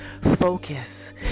focus